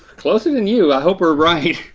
closer than you, i hope we're right.